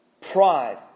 Pride